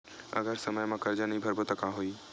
अगर समय मा कर्जा नहीं भरबों का होई?